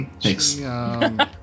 Thanks